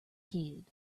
hid